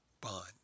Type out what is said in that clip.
Bond